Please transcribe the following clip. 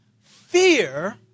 fear